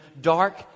dark